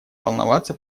волноваться